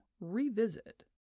revisit